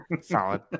solid